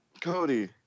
Cody